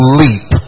leap